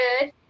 good